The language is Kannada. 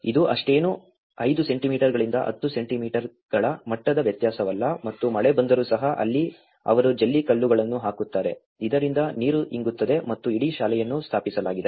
ಇದು ಅಷ್ಟೇನೂ 5 ಸೆಂಟಿಮೀಟರ್ಗಳಿಂದ 10 ಸೆಂಟಿಮೀಟರ್ಗಳ ಮಟ್ಟದ ವ್ಯತ್ಯಾಸವಲ್ಲ ಮತ್ತು ಮಳೆ ಬಂದರೂ ಸಹ ಅಲ್ಲಿ ಅವರು ಜಲ್ಲಿಕಲ್ಲುಗಳನ್ನು ಹಾಕುತ್ತಾರೆ ಇದರಿಂದ ನೀರು ಇಂಗುತ್ತದೆ ಮತ್ತು ಇಡೀ ಶಾಲೆಯನ್ನು ಸ್ಥಾಪಿಸಲಾಗಿದೆ